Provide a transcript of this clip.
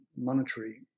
monetary